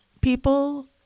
people